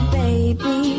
baby